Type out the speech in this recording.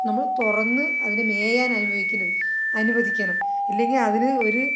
നമ്മള് തുറന്ന് അതിനെ മേയാൻ അനുവദിക്കണം അനുവദിക്കണം ഇല്ലെങ്കിൽ അതിനെ ഒരു